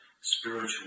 spiritual